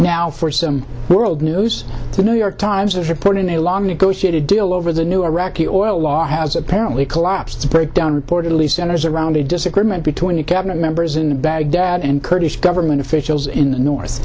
now for some world news the new york times are put in a long negotiated deal over the new iraqi oil law has apparently collapsed the breakdown reportedly centers around a disagreement between the cabinet members in baghdad and kurdish government officials in the north